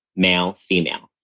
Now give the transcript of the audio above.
male, female.